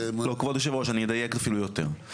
לא כבוד היושב ראש אני אדייק אפילו יותר,